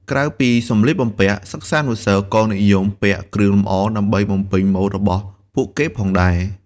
ក្រៅពីសម្លៀកបំពាក់ សិស្សានុសិស្សក៏និយមពាក់គ្រឿងលម្អដើម្បីបំពេញម៉ូដរបស់ពួកគេផងដែរ។